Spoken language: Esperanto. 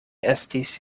estis